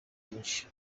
byinshi